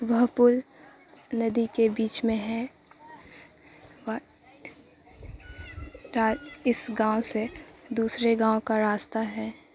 وہ پل ندی کے بیچ میں ہے رات اس گاؤں سے دوسرے گاؤں کا راستہ ہے